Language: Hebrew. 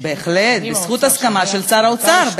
בהחלט, בזכות הסכמה של שר האוצר.